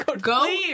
Go